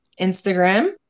Instagram